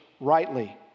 rightly